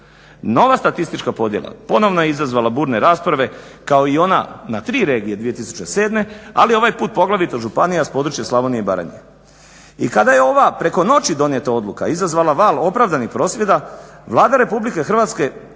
Nova statistička podjela ponovo je izazvala burne rasprave kao i ona na tri regije 2007., ali ovaj put poglavito županija s područja Slavonije i Baranje. I kada je ova preko noći donijeta odluka izazvala val opravdanih prosvjeda Vlada Republike Hrvatske